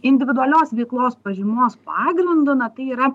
individualios veiklos pažymos pagrindu na tai yra